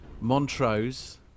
Montrose